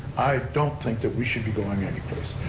i don't think that we should be going anyplace.